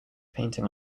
painting